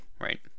right